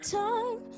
time